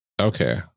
okay